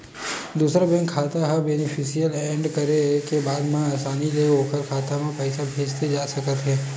दूसर बेंक के खाता ह बेनिफिसियरी एड करे के बाद म असानी ले ओखर खाता म पइसा भेजे जा सकत हे